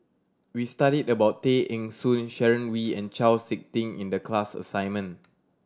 we studied about Tay Eng Soon Sharon Wee and Chau Sik Ting in the class assignment